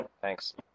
Thanks